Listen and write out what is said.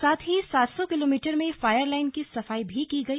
साथ ही सात सौ किलोमीटर में फायर लाइन की सफाई भी की गई